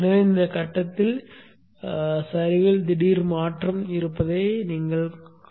எனவே இந்த கட்டத்தில் சரிவில் திடீர் மாற்றம் காண்பீர்கள்